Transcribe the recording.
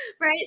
right